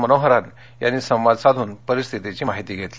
मनोहरन यांनी संवाद साधून परिस्थितीचीमाहिती घेतली